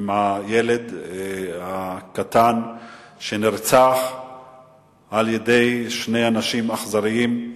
עם הילד הקטן שנרצח על-ידי שני אנשים אכזרים,